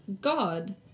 God